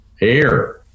air